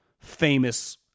famous